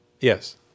Yes